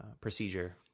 procedure